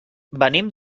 venim